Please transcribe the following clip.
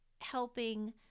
helping